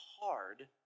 hard